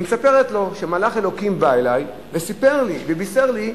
והיא מספרת לו: מלאך אלוקים בא אלי וסיפר לי ובישר לי,